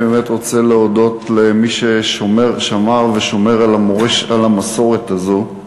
אני באמת רוצה להודות למי ששמר ושומר על המסורת הזאת.